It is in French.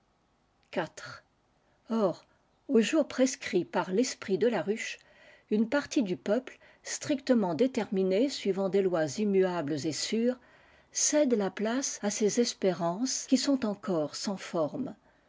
or au jour prescrit par l'esprit de la ruehe une partie du peuple strictement déterminée des lois immuables et sûres cède la place à ces espérances qui sont encore sans forme